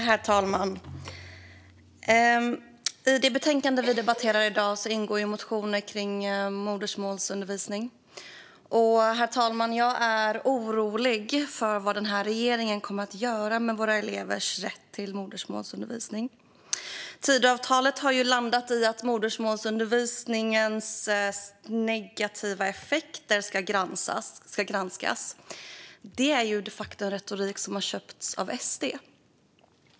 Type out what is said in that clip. Herr talman! I det betänkande vi debatterar i dag ingår motioner om modersmålsundervisning. Herr talman! Jag är orolig för vad den här regeringen kommer att göra med våra elevers rätt till modersmålsundervisning. Tidöavtalet har ju landat i att modersmålsundervisningens negativa effekter ska granskas. Det är de facto retorik som man köpt av SD.